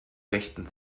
rechten